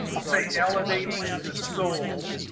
i'll say elevating the soul.